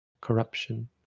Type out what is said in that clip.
corruption